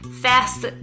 fast